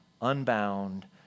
unbound